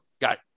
Got